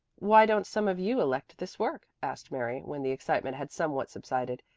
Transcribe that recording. why don't some of you elect this work? asked mary, when the excitement had somewhat subsided.